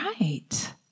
right